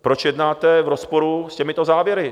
Proč jednáte v rozporu s těmito závěry?